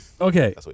Okay